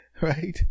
Right